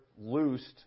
loosed